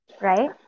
right